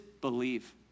believe